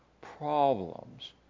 problems